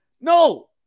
No